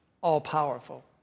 all-powerful